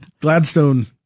Gladstone